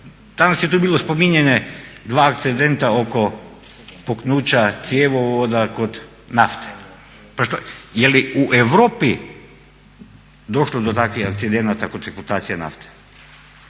Danas je tu bilo spominjanje dva akcidenta oko puknuća cjevovoda kod nafte. Jeli u Europi došlo do takvih akcidenata kod … nafte?